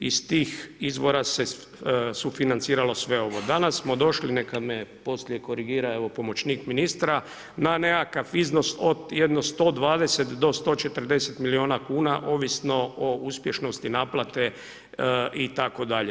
Iz tih izvora se sufinanciralo sve ovo. danas smo došli, neka me poslije korigira pomoćnik ministra, na nekakav iznos od jedno 120 do 140 milijuna kuna, ovisno o uspješnosti naplate itd.